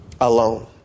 alone